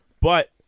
But-